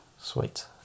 Sweet